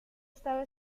está